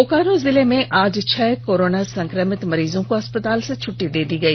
बोकारो जिले में आज छह कोरोना संक्रमित मरीजों को अस्पताल से छुट्टी दे दी गई